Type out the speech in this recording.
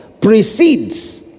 precedes